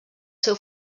seu